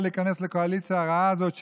ממהר להיכנס לקואליציה הרעה הזאת,